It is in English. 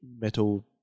metal